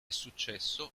successo